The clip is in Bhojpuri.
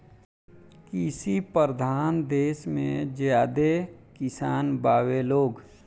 कृषि परधान देस मे ज्यादे किसान बावे लोग